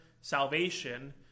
salvation